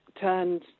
turned